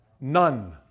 None